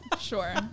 Sure